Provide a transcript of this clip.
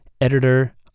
editor